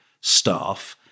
staff